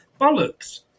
Bollocks